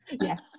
Yes